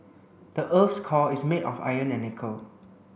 the earth's core is made of iron and nickel